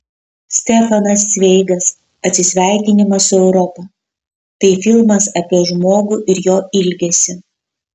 stefanas cveigas atsisveikinimas su europa tai filmas apie žmogų ir jo ilgesį